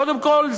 קודם כול,